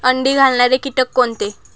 अंडी घालणारे किटक कोणते?